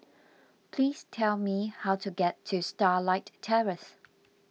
please tell me how to get to Starlight Terrace